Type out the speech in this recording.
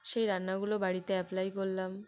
সেই রান্নাগুলো বাড়িতে অ্যাপ্লাই করলাম